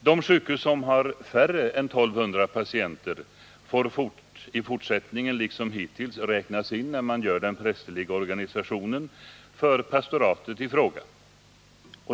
De sjukhus som har färre än 1 200 patienter får i fortsättningen liksom hittills räknas in, när man fastställer den prästerliga organisationen för pastoratet i fråga.